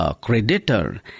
creditor